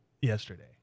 yesterday